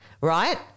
Right